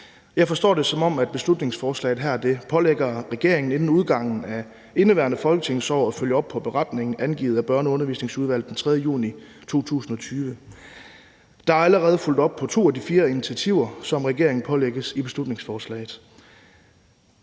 Jeg forstår det, som om beslutningsforslaget her pålægger regeringen inden udgangen af indeværende folketingsår at følge op på beretningen afgivet af Børne- og Undervisningsudvalget den 3. juni 2020. Der er allerede fulgt op på to af de fire initiativer, som regeringen pålægges at tage i beslutningsforslaget.